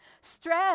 Stress